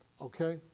Okay